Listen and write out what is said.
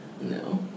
No